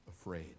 afraid